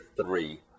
three